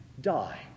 die